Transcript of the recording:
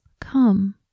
come